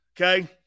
okay